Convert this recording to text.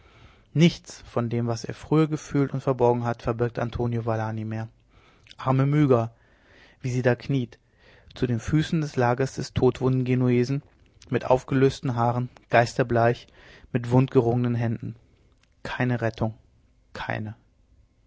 nichts von dem was er früher gefühlt und verborgen hat verbirgt antonio valani mehr arme myga wie sie da kniet zu den füßen des lagers des todwunden genuesen mit aufgelösten haaren geisterbleich mit wundgerungenen händen keine rettung keine